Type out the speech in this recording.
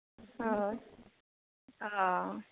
অঁ অঁ